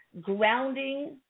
grounding